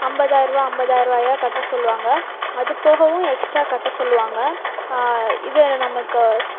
ஐம்பதாயரரூவா ஐம்பதாயரரூவாயா கட்ட சொல்லுவாங்க அது போகவும் எக்ஸ்ட்ரா கட்ட சொல்லுவாங்க இதில் நமக்கு